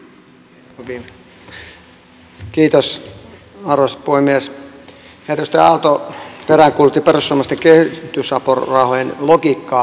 edustaja aalto peräänkuulutti perussuomalaisten kehitysapurahojen logiikkaa